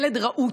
ילד רהוט.